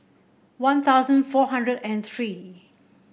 One Thousand four hundred and three